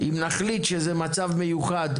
אם נחליט שזהו מצב מיוחד,